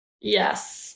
Yes